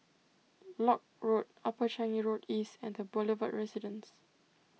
Lock Road Upper Changi Road East and the Boulevard Residence